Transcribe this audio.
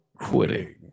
quitting